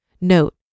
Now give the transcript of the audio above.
Note